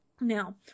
Now